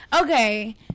okay